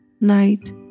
night